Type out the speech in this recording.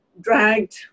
dragged